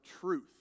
truth